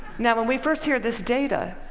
now when we first hear this data,